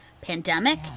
pandemic